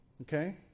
Okay